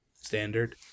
standard